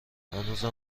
هنوزم